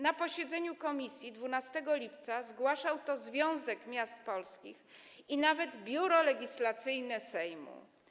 Na posiedzeniu komisji 12 lipca zgłaszały to Związek Miast Polskich i nawet Biuro Legislacyjne Sejmu.